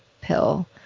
pill